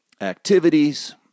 activities